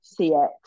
cx